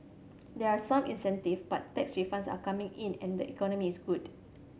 there are some incentives but tax refunds are coming in and the economy is good